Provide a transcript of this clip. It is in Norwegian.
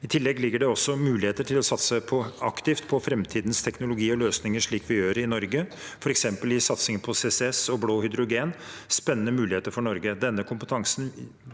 I tillegg foreligger det muligheter for å satse aktivt på framtidens teknologi og løsninger slik vi gjør i Norge, f.eks. i satsingen på CCS og blått hydrogen – spennende muligheter for Norge. Denne kompetansen